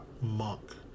Monk